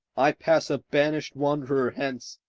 i pass a banished wanderer hence,